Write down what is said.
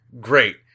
Great